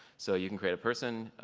so you can create a person,